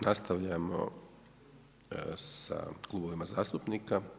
Nastavljamo sa klubovima zastupnika.